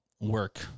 work